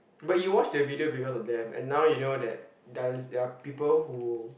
but you watched the video because of them and now you know that dialy~ there are people who